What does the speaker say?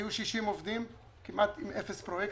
היו 60 עובדים עם כמעט אפס פרויקטים,